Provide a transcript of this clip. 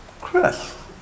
Chris